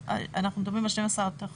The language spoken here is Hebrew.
אנחנו מדברים על 12 המזהמים?